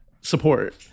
support